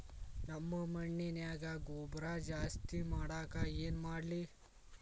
ನಮ್ಮ ಮಣ್ಣಿನ್ಯಾಗ ಗೊಬ್ರಾ ಜಾಸ್ತಿ ಮಾಡಾಕ ಏನ್ ಮಾಡ್ಲಿ?